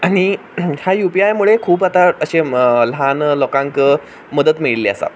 आनी ह्या U P I मुळे खूब आतां अशें ल्हान लोकांक मदत मेळिल्ली आसा